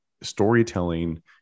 storytelling